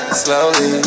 slowly